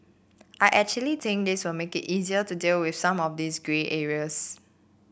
I actually think this will make it easier to deal with some of these grey areas